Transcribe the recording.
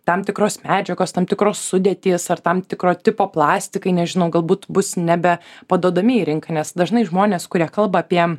tam tikros medžiagos tam tikros sudėtys ar tam tikro tipo plastikai nežinau galbūt bus nebe paduodami į rinką nes dažnai žmonės kurie kalba apie